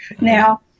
now